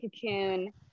cocoon